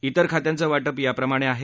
इतर खात्यांचं वापि याप्रमाणे आहे